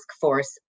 force